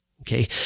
Okay